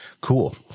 Cool